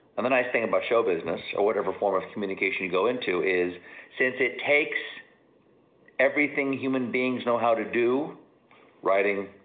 and the nice thing about show business, or whatever form of communications you go into is since it takes everything human beings know how to do writing,